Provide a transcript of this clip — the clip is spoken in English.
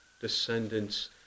descendants